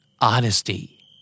Honesty